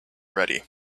ready